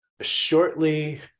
shortly